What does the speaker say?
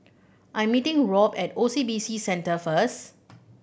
I'm meeting Robb at O C B C Centre first